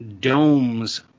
domes